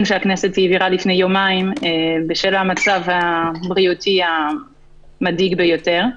שהכנסת העבירה לפני יומיים בשל המצב הבריאותי המדאיג ביותר.